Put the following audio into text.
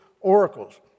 oracles